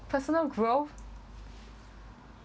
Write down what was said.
personal growth